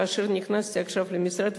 כאשר נכנסתי עכשיו למשרד,